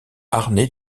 harnais